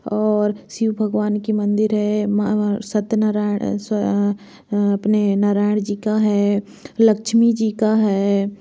और शिव भगवान की मंदिर है सत्यनारायण अपने नारायण जी का है लक्षमी जी का है